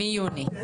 מיוני.